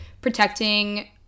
protecting